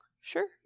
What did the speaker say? Sure